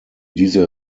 diese